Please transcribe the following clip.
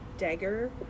Dagger